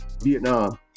Vietnam